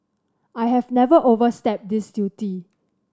I have never overstepped this duty